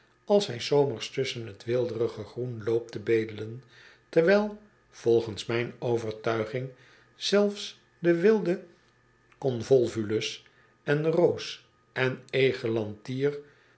als hij s zomers tusschen t weelderige groen loopt te bedelen terwijl volgens mijn overtuiging zelfs de wilde convolvulus en roos en eglantier